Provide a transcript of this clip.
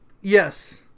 Yes